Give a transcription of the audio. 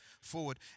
forward